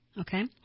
Okay